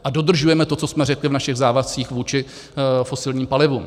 A dodržujeme to, co jsme řekli v našich závazcích vůči fosilním palivům.